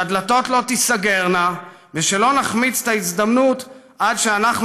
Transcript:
שהדלתות לא תיסגרנה ושלא נחמיץ את ההזדמנות עד שאנו